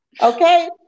okay